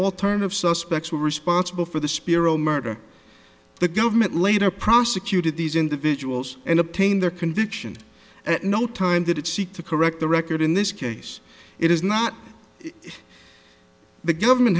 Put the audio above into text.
alternative suspects were responsible for the spiro murder the government later prosecuted these individuals and obtain their conviction at no time did it seek to correct the record in this case it is not the government